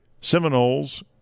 Seminoles